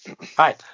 Hi